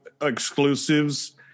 exclusives